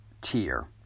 tier